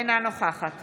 אינה נוכחת